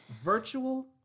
virtual